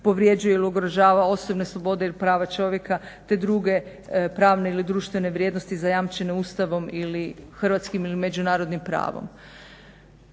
povređuje ili ugrožava osnovne slobode ili prava čovjeka te druge pravne ili društvene vrijednosti zajamčene ustavom hrvatskim ili međunarodnim pravom.